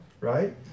right